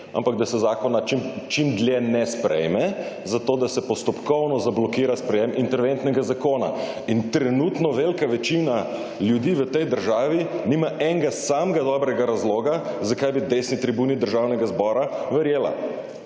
ampak da se zakona čim dlje ne sprejme zato, da se postopkovno zablokira sprejem interventnega zakona in trenutno velika večina ljudi v tej državi nima enega samega dobrega razloga, zakaj bi desni tribuni Državnega zbora verjela.